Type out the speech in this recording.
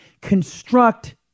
construct